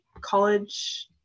college